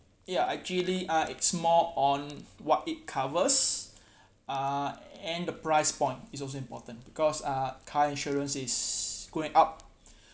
ya actually uh it's more on what it covers uh and the price point is also important because uh car insurance is going up